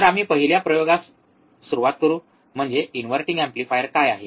तर आम्ही पहिल्या प्रयोगासह सुरुवात करू म्हणजे इन्व्हर्टिंग एम्पलीफायर काय आहे